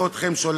מצה?